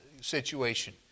situation